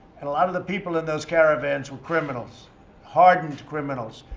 and a lot of the people in those caravans were criminals hardened criminals,